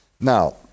Now